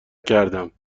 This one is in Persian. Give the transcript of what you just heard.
کردم